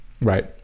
Right